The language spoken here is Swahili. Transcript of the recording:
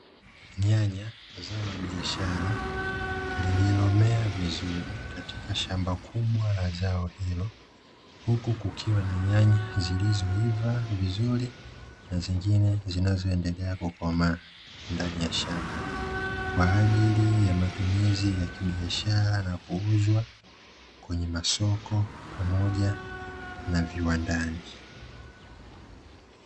Nyanya zao la biashara, lililomea vizuri katika shamba kubwa la zao hilo, huku kukiwa na nyanya zilizoivaa vizuri na zingine zinazoendelea kukomaa ndani ya shamba, kwa ajili ya matumizi ya kibiashara na kuuzwa kwenye masoko pamoja na viwandani.